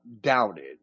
doubted